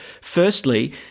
firstly